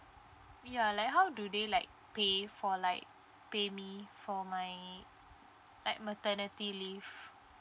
ya like how do they like pay for like pay me for my like maternity leave